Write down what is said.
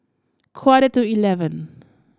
quarter to eleven